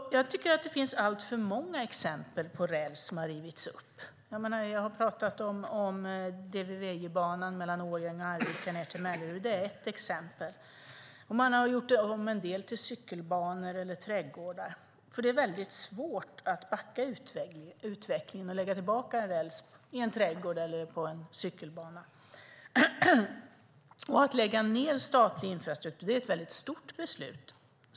Jag tycker att det finns alltför många exempel på räls som har rivits upp. Jag har pratat om DVVJ-banan mellan Årjäng och Arvika ned till Mellerud. Det är ett exempel. Man har gjort om en del till trädgårdar eller cykelbanor. Det är väldigt svårt att backa utvecklingen och lägga tillbaka en räls i en trädgård eller på en cykelbana. Att lägga ned statlig infrastruktur är ett mycket stort beslut.